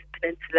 Peninsula